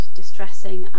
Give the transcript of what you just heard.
distressing